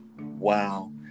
Wow